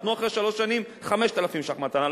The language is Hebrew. תנו אחרי שלוש שנים 5,000 ש"ח מתנה.